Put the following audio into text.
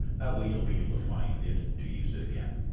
that way we'll be able to find it to use it again.